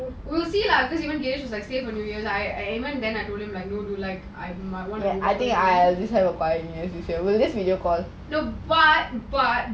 we'll see lah cause even if I stay for new year right like even then I don't know if I'll be like no but but